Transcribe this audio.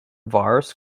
virus